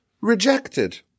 rejected